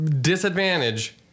disadvantage